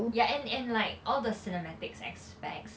ya and and like all the cinematics aspects